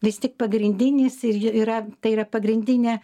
vis tik pagrindinis ir yra tai yra pagrindinė